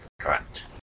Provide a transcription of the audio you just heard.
Correct